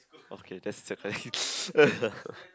okay that's